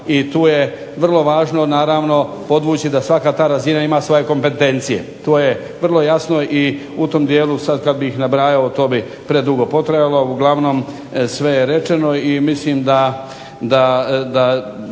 i tu je vrlo važno naravno podvući da svaka ta razina ima svoje kompetencije. To je vrlo jasno i u tom dijelu sad kad bih nabrajao to bi predugo potrajalo, uglavnom sve je rečeno, i mislim da